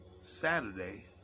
Saturday